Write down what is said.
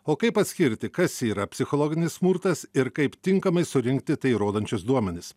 o kaip atskirti kas yra psichologinis smurtas ir kaip tinkamai surinkti tai įrodančius duomenis